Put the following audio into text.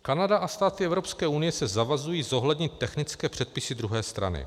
Kanada a státy Evropské unie se zavazují zohlednit technické předpisy druhé strany.